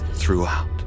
throughout